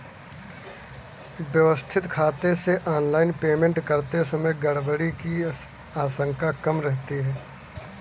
व्यवस्थित खाते से ऑनलाइन पेमेंट करते समय गड़बड़ी की आशंका कम रहती है